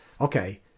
okay